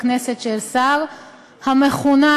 בכנסת של חבר הכנסת המכהן כשר או סגן שר),